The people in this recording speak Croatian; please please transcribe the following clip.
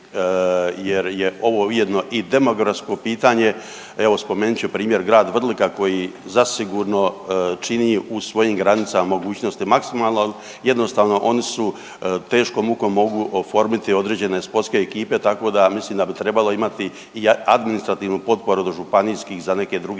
jer je ovo ujedno i demografsko pitanje. Evo spomenut ću primjer grad Vrlika koji zasigurno čini u svojim granicama mogućnost maksimalno, jednostavno oni su, teškom mukom mogu oformiti određene sportske ekipe tako da mislim da bi trebalo imati i administrativnu potporu do županijskih za neke druge